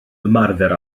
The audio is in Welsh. ymarfer